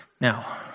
Now